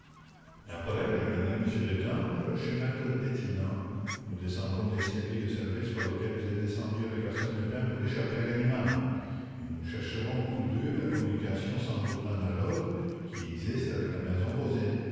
après j'emmènerai m destange chez m e detinan nous descendrons l'escalier de service par lequel vous êtes descendue avec arsène lupin pour échapper à ganimard et nous chercherons tous deux la communication sans doute analogue qui existe avec la maison voisine